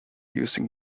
using